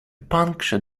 puncture